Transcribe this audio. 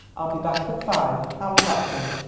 i'll be back at five how'll that do?